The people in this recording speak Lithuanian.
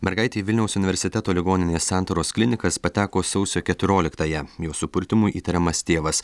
mergaitė į vilniaus universiteto ligoninės santaros klinikas pateko sausio keturioliktąją jos supurtymu įtariamas tėvas